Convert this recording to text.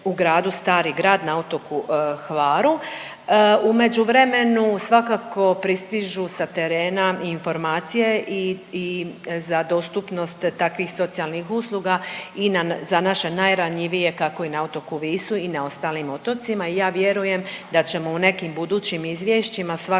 U međuvremenu svakako pristižu sa terena i informacije i za dostupnost takvih socijalnih usluga i na, za naše najranjivije kako i na otoku Visu i na ostalim otocima i ja vjerujem da ćemo u nekim budućim izvješćima svakako moći